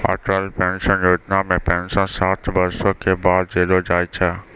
Atal pension योजना मे pension साठ बरसो के बाद देलो जाय छै